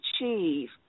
achieve